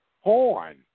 Horn